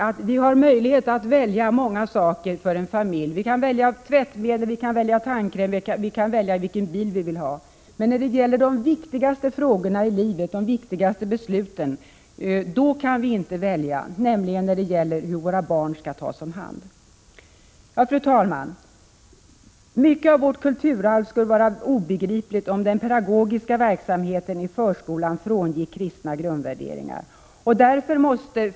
En familj har möjlighet att välja många saker — vi kan välja tvättmedel och tandkräm, och vi kan välja vilken bil vi vill ha. Men vi kan inte välja när det är fråga om de viktigaste besluten i livet, nämligen när det gäller hur våra barn skall tas om hand. Fru talman! Mycket av vårt kulturarv skulle vara obegripligt om den pedagogiska verksamheten i förskolan frångick kristna grundvärderingar.